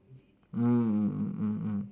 mm mm mm mm mm